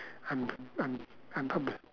I'm I'm I'm